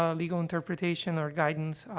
um legal interpretation or guidance,